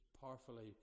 powerfully